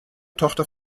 tochter